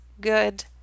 good